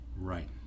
Right